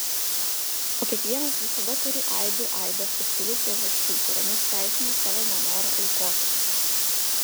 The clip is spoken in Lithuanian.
o kiekvienas visada turi aibių aibes subtilių priežasčių kuriomis teisina savo nenorą aukotis